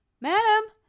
madam